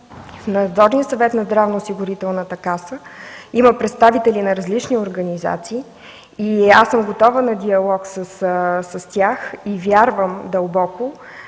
на Националната здравноосигурителна каса има представители на различни организации, аз съм готова на диалог с тях и вярвам дълбоко,